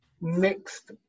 mixed